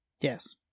Yes